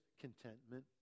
contentment